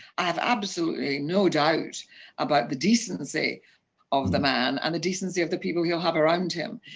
i have absolutely no doubt about the decency of the man, and the decency of the people he will have around him,